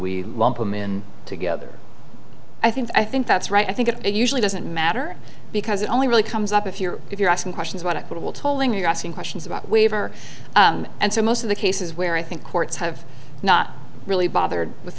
we lump them in together i think i think that's right i think it usually doesn't matter because it only really comes up if you're if you're asking questions about equitable tolling you're asking questions about waiver and so most of the cases where i think courts have not really bothered with